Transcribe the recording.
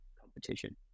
competition